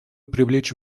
привлечь